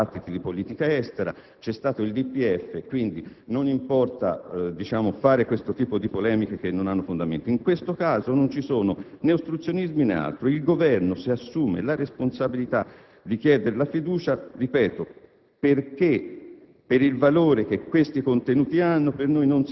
Vorrei ricordare che al Senato, negli ultimi quattro mesi, ci sono stati almeno due dibattiti di politica estera ed è stato esaminato il DPEF. Quindi, non importa fare questo tipo di polemiche, che non hanno fondamento. In questo caso, non ci sono ostruzionismi, né altro: il Governo si assume la responsabilità di chiedere la fiducia - ripeto